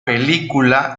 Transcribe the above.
película